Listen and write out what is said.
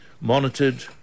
monitored